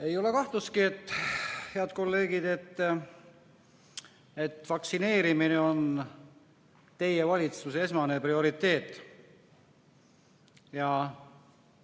Ei ole kahtlustki, head kolleegid, et vaktsineerimine on teie valitsuse esmane prioriteet. Ja